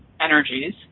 energies